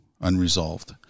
unresolved